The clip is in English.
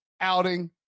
outing